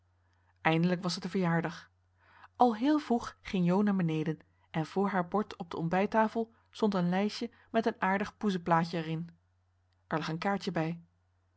eindelijk was het de verjaardag al heel vroeg ging jo naar beneden en voor haar bord op de ontbijttafel stond een lijstje met een aardig poezenplaatje er in er lag een kaartje bij